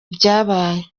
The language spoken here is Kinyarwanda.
ibyabaye